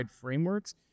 frameworks